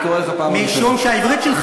משום שהעברית,